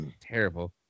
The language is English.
Terrible